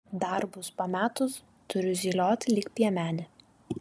darbus pametus turiu zylioti lyg piemenė